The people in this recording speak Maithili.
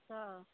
तऽ